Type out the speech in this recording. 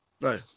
No